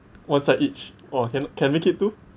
one side each !wah! can can make it two